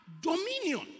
dominion